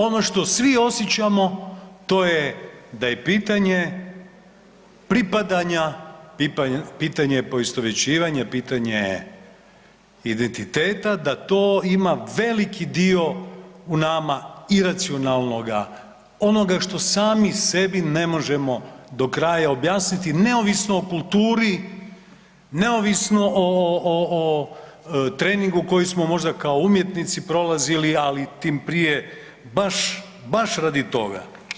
Ono što svi osjećamo to je da je pitanje pripadanja, pitanje poistovjećivanja, pitanje identiteta, da to ima veliki dio u nama iracionalnoga, onoga što sami ne možemo do kraja objasniti, neovisno o kulturi, neovisno o treningu koji smo možda kao umjetnici prolazili ali tim prije baš, baš radi toga.